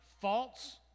false